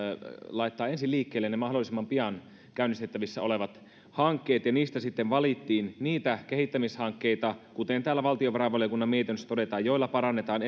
laittaa ensin liikkeelle ne mahdollisimman pian käynnistettävissä olevat hankkeet ja niistä sitten valittiin niitä kehittämishankkeita kuten täällä valtiovarainvaliokunnan mietinnössä todetaan joilla parannetaan